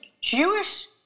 Jewish